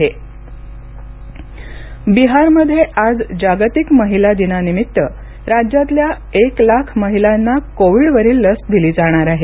महिला दिन बिहार बिहारमध्ये आज जागतिक महिला दिनानिमित्त राज्यातल्या एक लाख महिलांना कोविडवरील लस दिली जाणार आहे